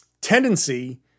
tendency